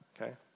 okay